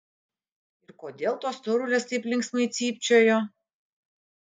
ir kodėl tos storulės taip linksmai cypčiojo